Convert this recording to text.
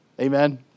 Amen